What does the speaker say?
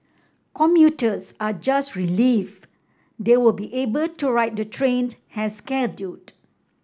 commuters are just relieved they will be able to ride the trains as scheduled